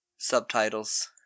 subtitles